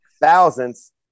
thousands